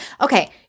Okay